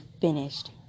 finished